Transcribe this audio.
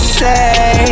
say